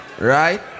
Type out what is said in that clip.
right